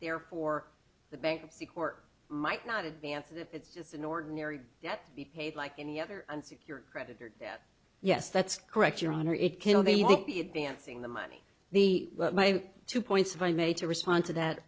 therefore the bankruptcy court might not advance if it's just an ordinary that be paid like any other unsecured creditors yes that's correct your honor it can be advancing the money the my two points if i may to respond to that